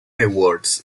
awards